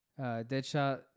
Deadshot